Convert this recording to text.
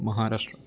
Maharashtra